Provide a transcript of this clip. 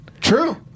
True